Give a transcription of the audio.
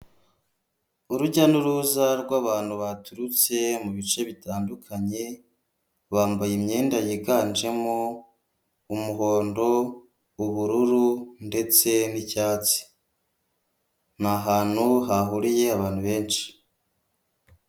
Urujya n'uruza rw'abantu baturutse mu bice bitandukanye, bambaye imyenda yiganjemo umuhondo, ubururu ndetse n'icyatsi. Ni ahantu hahuriye abantu benshi.